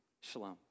Shalom